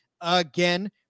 again